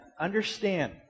understand